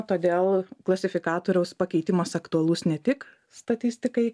todėl klasifikatoriaus pakeitimas aktualus ne tik statistikai